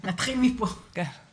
אני רק